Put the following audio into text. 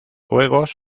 juegos